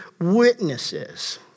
witnesses